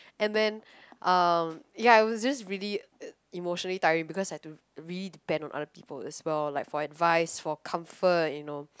and then um it was just really emotionally tiring because I had to really depend on other people as well like for advice for comfort you know